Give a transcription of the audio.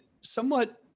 somewhat